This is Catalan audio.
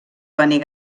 venir